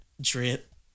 Drip